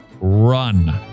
run